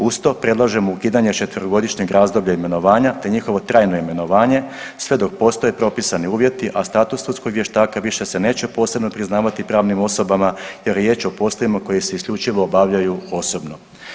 Uz to predlažemo ukidanje četverogodišnjeg razdoblja imenovanja, te njihovo trajno imenovanje sve dok postoje propisani uvjeti, a status sudskog vještaka više se neće posebno priznavati pravnim osobama jer je riječ o poslovima koji se isključivo obavljaju osobno.